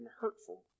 hurtful